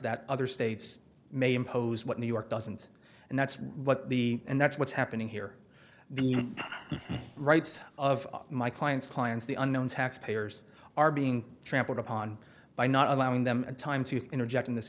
that other states may impose what new york doesn't and that's what the and that's what's happening here the human rights of my clients clients the unknown taxpayers are being trampled upon by not allowing them time to interject in this